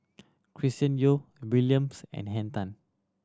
Chris Yeo Williams and Henn Tan